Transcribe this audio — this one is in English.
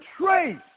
trace